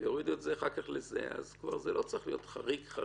זה כבר לא צריך להיות חריג-חריג-חריג.